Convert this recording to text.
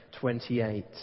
28